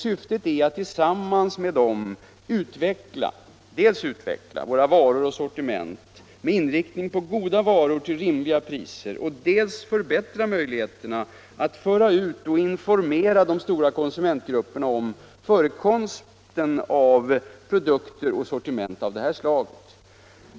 Syftet är att tillsammans med dem dels utveckla våra varor och sortiment med inriktning på goda varor till rimliga priser, dels förbättra möjligheterna att informera de stora konsumentgrupperna om förekomsten av produkter och sortiment av det här slaget.